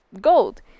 gold